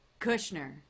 Kushner